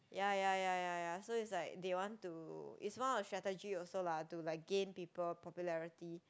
ya ya ya ya ya so is like they want to is one of strategy also lah to like gain people popularity